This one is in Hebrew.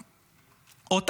שלום, אדוני, דרך אגב, שר אמיתי.